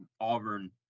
Auburn